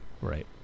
right